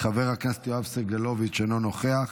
חבר הכנסת יואב סגלוביץ' אינו נוכח.